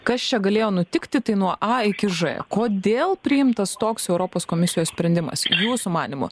kas čia galėjo nutikti tai nuo a iki ž kodėl priimtas toks europos komisijos sprendimas jūsų manymu